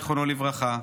זיכרונו לברכה,